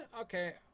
okay